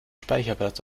speicherplatz